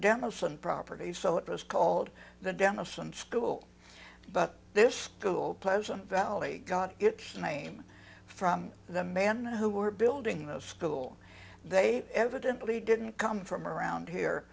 some property so it was called the denison school but this school pleasant valley got it name from the men who were building the school they evidently didn't come from around here